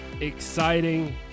exciting